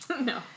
No